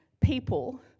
people